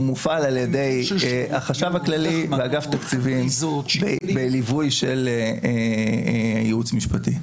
הוא מופעל על ידי החשב הכללי ואגף התקציבים בליווי של ייעוץ משפטי.